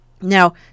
Now